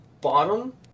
bottom